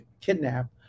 kidnap